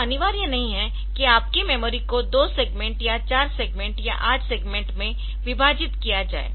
यह अनिवार्य नहीं है कि आपकी मेमोरी को दो सेगमेंट या चार सेगमेंट या आठ सेगमेंट में विभाजित किया जाए